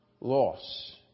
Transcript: loss